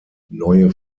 neue